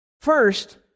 First